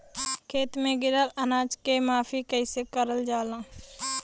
खेत में गिरल अनाज के माफ़ी कईसे करल जाला?